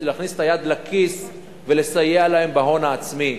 להכניס את היד לכיס ולסייע להם בהון העצמי.